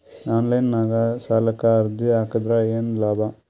Online ನಾಗ್ ಸಾಲಕ್ ಅರ್ಜಿ ಹಾಕದ್ರ ಏನು ಲಾಭ?